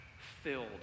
filled